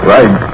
Right